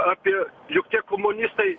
apie juk tie komunistai